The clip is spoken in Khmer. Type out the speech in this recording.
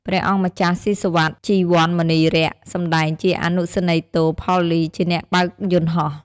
ព្រះអង្គម្ចាស់ ស៊ីសុវត្ថិ ជីវ័នមុនីរក្ស សម្តែងជាអនុសេនីយ៍ទោ ផល្លី ជាអ្នកបើកយន្តហោះ។